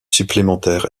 supplémentaire